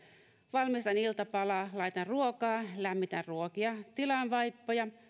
valmistan iltapalaa laitan ruokaa lämmitän ruokia tilaan vaippoja